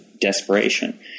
desperation